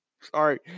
sorry